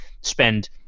spend